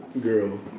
girl